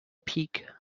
pique